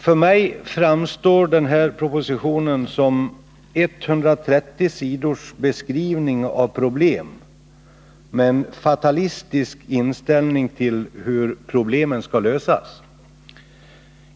För mig framstår propositionen som en 130 sidor lång beskrivning av problem med en fatalistisk inställning till hur problemen skall lösas.